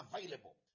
available